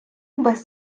без